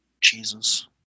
Jesus